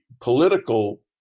political